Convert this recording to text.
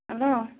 hello